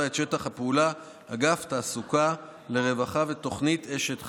את שטח הפעולה אגף תעסוקה לרווחה ותוכנית "אשת חיל".